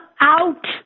out